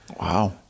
Wow